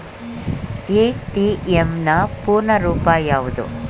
ATM ನ ಪೂರ್ಣ ರೂಪ ಯಾವುದು?